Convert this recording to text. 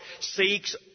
seeks